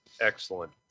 Excellent